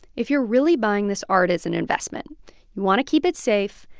if you're really buying this art as an investment, you want to keep it safe.